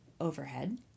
overhead